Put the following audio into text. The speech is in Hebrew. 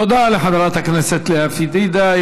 תודה לחברת הכנסת לאה פדידה.